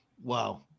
Wow